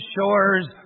shores